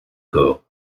corps